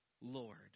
Lord